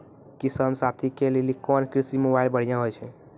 किसान साथी के लिए कोन कृषि मोबाइल बढ़िया होय छै?